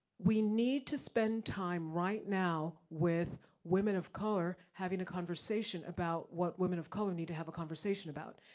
we need to spend time right now with women of color having a conversation about what women of color need to have a conversation about.